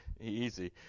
easy